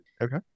Okay